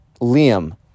Liam